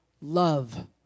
love